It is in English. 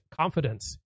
confidence